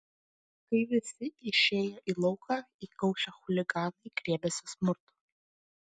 kai visi išėjo į lauką įkaušę chuliganai griebėsi smurto